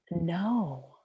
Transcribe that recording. No